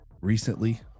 recently